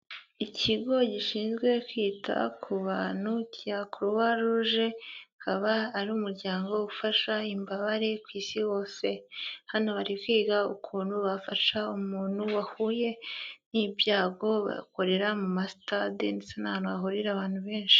Ikigo gishinzwe kwita ku bantu cya Croix Rouge, akaba ari umuryango ufasha imbabare ku isi hose, hano bari kwiga ukuntu bafasha umuntu wahuye n'ibyago, bakorera mu masitade ndetse n'ahantu hahurira abantu benshi.